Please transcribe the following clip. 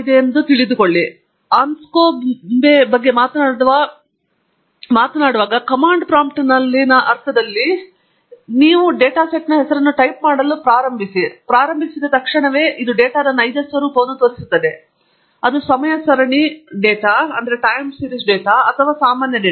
ನೀವು ಆನ್ಸ್ಕೋಬ್ ಬಗ್ಗೆ ಮಾತನಾಡುವ ಅಥವಾ ಕಮಾಂಡ್ ಪ್ರಾಂಪ್ಟ್ನಲ್ಲಿನ ಅರ್ಥದಲ್ಲಿ ನೀವು ಡೇಟಾ ಸೆಟ್ನ ಹೆಸರನ್ನು ಟೈಪ್ ಮಾಡಲು ಪ್ರಾರಂಭಿಸಿದ ಕ್ಷಣ ಇದು ಡೇಟಾದ ನೈಜ ಸ್ವರೂಪವನ್ನು ತೋರಿಸುತ್ತದೆ ಅದು ಸಮಯ ಸರಣಿ ಡೇಟಾ ಅಥವಾ ಸಾಮಾನ್ಯ ಡೇಟಾ